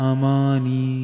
Amani